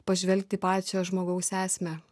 pažvelgti į pačią žmogaus esmę